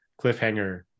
cliffhanger